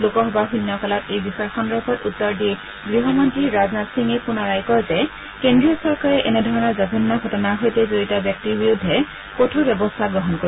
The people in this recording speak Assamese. লোকসভাৰ শন্য কালত এই বিষয় সন্দৰ্ভত উত্তৰ দি গৃহমন্ত্ৰী ৰাজনাথ সিঙে পুনৰাই কয় যে কেন্দ্ৰীয় চৰকাৰে এনে ধৰণৰ জঘন্য ঘটনাৰ সৈতে জড়িত ব্যক্তিৰ বিৰুদ্ধে কঠোৰ ব্যৱস্থা গ্ৰহণ কৰিব